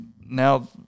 Now